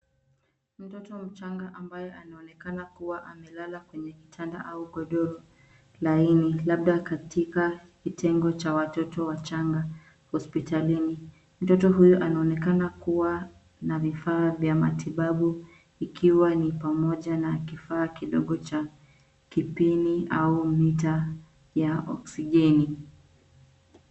Mtoto mchanga ambaye anaonekana kuwa amelala kwenye kitanda au godoro laini labda katika kitengo cha watoto wachanga hospitalini. Mtoto huyo anaonekana kuwa na vifaa vya matibabu ikiwa ni pamoja na kifaa kidogo cha kipini au mita ya oksijeni.